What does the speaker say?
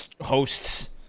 hosts